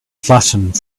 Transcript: flattened